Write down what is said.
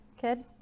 kid